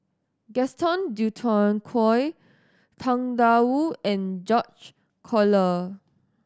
Gaston Dutronquoy Tang Da Wu and George Collyer